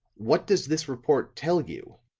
what does this report tell you?